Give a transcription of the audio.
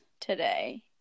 today